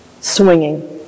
swinging